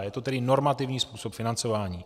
Je to tedy normativní způsob financování.